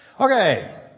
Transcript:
Okay